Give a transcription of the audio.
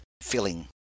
filling